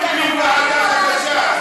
מקימים ועדה חדשה,